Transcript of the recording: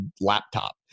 laptop